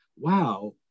wow